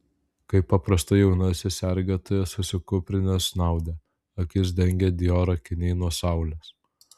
kaip paprastai jaunasis sergėtojas susikūprinęs snaudė akis dengė dior akiniai nuo saulės